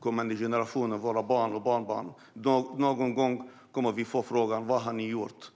kommande generationer, våra barn och barnbarn. Någon gång kommer vi att få frågan: Vad har ni gjort?